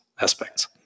aspects